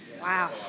Wow